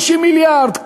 50 מיליארד.